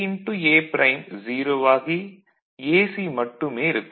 A' 0 ஆகி AC மட்டுமே இருக்கும்